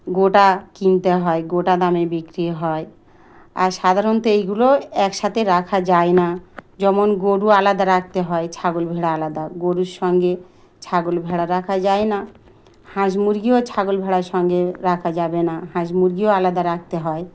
গোটা কিনতে হয় গোটা দামে বিক্রি হয় আর সাধারণত এইগুলো একসাথে রাখা যায় না যেমন গরু আলাদা রাখতে হয় ছাগল ভেড়া আলাদা গরুর সঙ্গে ছাগল ভেড়া রাখা যায় না হাঁস মুরগিও ছাগল ভেড়ার সঙ্গে রাখা যাবে না হাঁস মুরগিও আলাদা রাখতে হয়